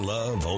Love